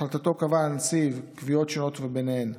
בהחלטתו קבע הנציב קביעות שונות, ובהן: